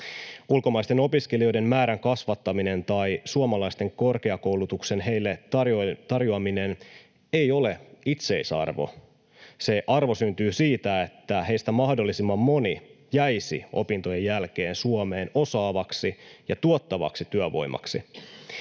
Ulkomaisten opiskelijoiden määrän kasvattaminen tai suomalaisten korkeakoulutuksen heille tarjoaminen ei ole itseisarvo. Se arvo syntyy siitä, että heistä mahdollisimman moni jäisi opintojen jälkeen Suomeen osaavaksi ja tuottavaksi työvoimaksi